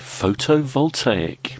Photovoltaic